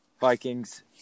Vikings